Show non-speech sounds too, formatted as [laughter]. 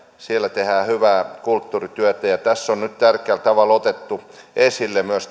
siellä tehdään hyvää kulttuurityötä tässä on nyt tärkeällä tavalla otettu esille myös [unintelligible]